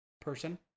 person